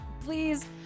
please